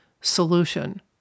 solution